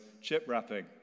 chip-wrapping